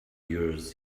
yours